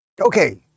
Okay